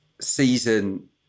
season